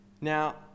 Now